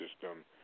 system